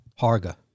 Harga